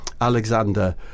Alexander